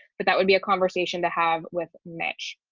but that would be a conversation to have with mitch.